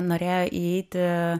norėjo įeiti